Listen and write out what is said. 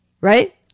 Right